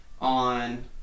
on